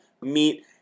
meet